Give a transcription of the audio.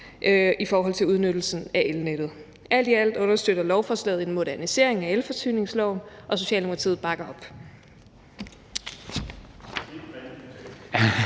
i forhold til udnyttelsen af elnettet. Alt i alt understøtter lovforslaget en modernisering af elforsyningsloven, og Socialdemokratiet bakker op.